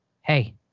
hey